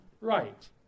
right